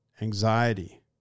anxiety